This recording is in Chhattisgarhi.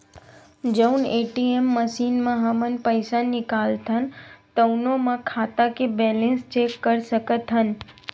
जउन ए.टी.एम मसीन म हमन पइसा निकालथन तउनो म खाता के बेलेंस चेक कर सकत हन